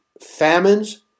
famines